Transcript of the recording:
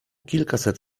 kilkaset